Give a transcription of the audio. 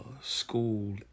school